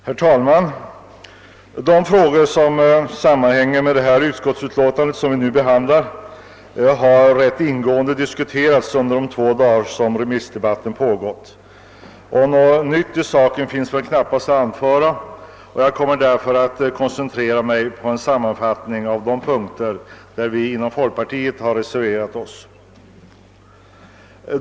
Herr talman! De frågor som behandlas i det föreliggande utskottsbetänkandet har rätt ingående diskuterats under de två dagar som remissdebatten pågått. Något nytt finns det knappast att anföra i saken, och jag kommer därför att koncentrera mig på en sammanfattning av de punkter beträffande vilka vi inom folkpartiet har reserverat OSS.